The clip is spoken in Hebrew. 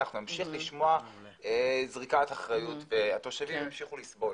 אנחנו נמשיך לשמוע זריקת אחראיות והתושבים ימשיכו לסבול.